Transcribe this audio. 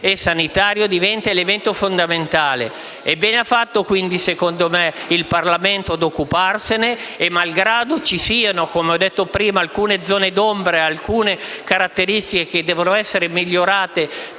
e sanitario diventa un elemento fondamentale. Bene ha fatto, secondo me, il Parlamento ad occuparsene, malgrado ci siano, come detto prima, alcune zone d'ombra e alcune caratteristiche che devono essere migliorate,